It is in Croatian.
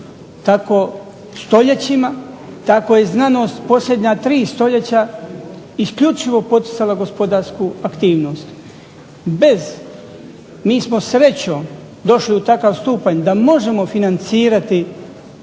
tako stoljećima, tako je znanost posljednja tri stoljeća isključivo poticala gospodarsku aktivnost. Bez mi smo srećom došli u takav stupanj da možemo financirati